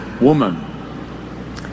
woman